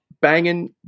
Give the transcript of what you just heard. banging